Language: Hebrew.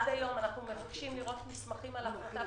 עד היום אנחנו מבקשים לראות מסמכים על ההפרטה